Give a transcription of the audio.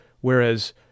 whereas